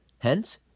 Hence